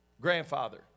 grandfather